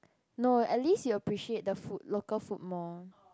no at least you appreciate the food the local food more